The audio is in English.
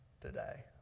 today